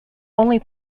only